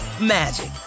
magic